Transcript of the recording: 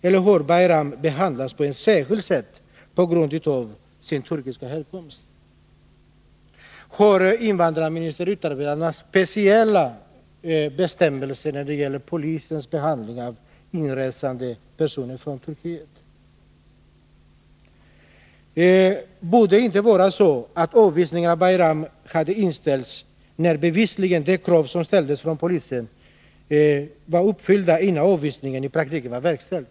Eller har Bayram behandlats på ett särskilt sätt på grund av sin turkiska härkomst? gäller polisens behandling av inresande personer från Turkiet? Nr 37 Borde inte avvisningen av Bayram ha inställts när de krav som polisen ställt Tisdagen den bevisligen var uppfyllda innan avvisningen i praktiken var verkställd?